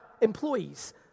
employees